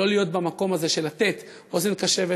אבל לא להיות במקום הזה של לתת אוזן קשבת,